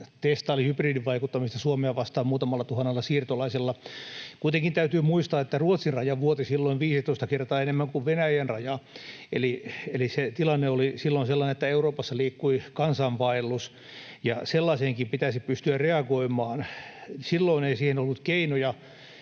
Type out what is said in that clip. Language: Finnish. testaili hybridivaikuttamista Suomea vastaan muutamalla tuhannella siirtolaisella. Kuitenkin täytyy muistaa, että Ruotsin raja vuoti silloin 15 kertaa enemmän kuin Venäjän raja, eli se tilanne oli silloin sellainen, että Euroopassa liikkui kansainvaellus, ja sellaiseenkin pitäisi pystyä reagoimaan. Silloin ei siihen ollut keinoja,